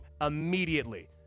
immediately